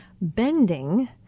bending